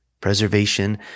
preservation